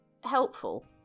helpful